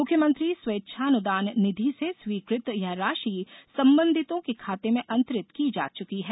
मुख्यमंत्री स्वैच्छानुदान निधि से स्वीकृत यह राशि संबंधितों के खाते में अंतरित की जा चुकी है